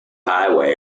highway